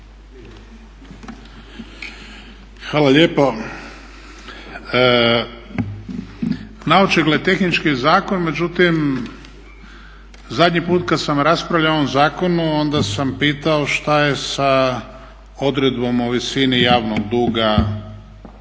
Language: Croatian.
Hvala lijepo. Naočigled tehnički zakon međutim zadnji put kad sam raspravljao o ovom zakonu onda sam pitao što je sa odredbom o visini javnog duga